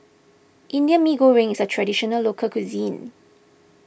Indian Mee Goreng is a Traditional Local Cuisine